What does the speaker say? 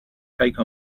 take